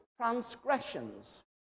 transgressions